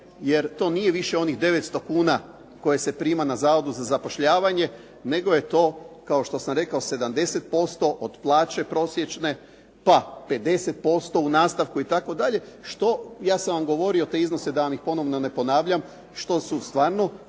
jer to nije više onih 900 kuna koje se prima na Zavodu za zapošljavanje, nego je to kao što sam rekao 70% od plaće prosječne, pa 50% u nastavku itd.. Što, ja sam vam govorio te iznose da vam ih ponovno ne ponavljam, što su stvarno